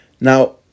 Now